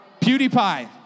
PewDiePie